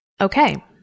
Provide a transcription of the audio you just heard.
Okay